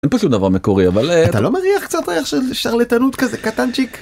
‫אין פה שום דבר דבר מקורי, אבל... ‫אתה לא מריח קצת ריח של שרלטנות כזה, קטנצ'יק?